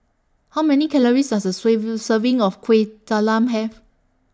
How Many Calories Does A Serving of Kuih Talam Have